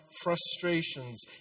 frustrations